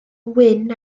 wyn